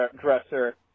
dresser